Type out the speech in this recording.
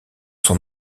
son